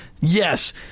yes